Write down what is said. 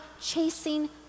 chasing